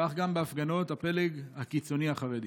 כך גם בהפגנות הפלג הקיצוני החרדי.